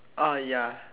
orh ya